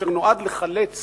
אשר נועד לחלץ